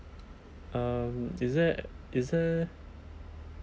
um is there is there